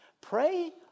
Pray